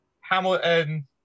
Hamilton